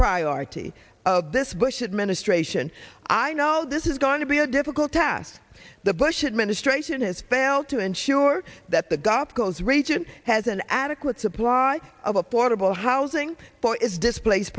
priority of this bush administration i know this is going to be a difficult task the bush administration has failed to ensure that the gulf coast region has an adequate supply of a portable housing for is displa